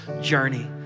journey